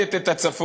מאבדת את הצפון,